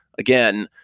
again,